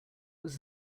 was